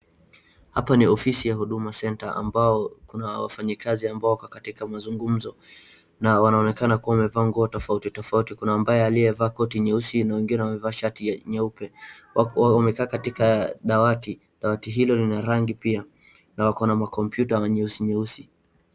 Hapa ni ofisi ya Huduma Center ambao kuna wafanyikazi ambao wako katika mazungumzo, na wanaonekana kuwa wamevaa nguo tofauti tofauti. Kuna ambaye aliyevaa koti nyeusi na wengine wamevaa shati ya nyeupe. Wamekaa katika dawati, dawati hilo lina rangi pia, na wako na makompyuta nyeusi nyeusi.